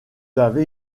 avez